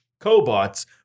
cobots